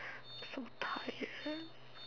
so tired